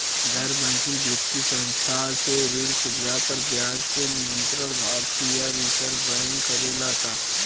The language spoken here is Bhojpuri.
गैर बैंकिंग वित्तीय संस्था से ऋण सुविधा पर ब्याज के नियंत्रण भारती य रिजर्व बैंक करे ला का?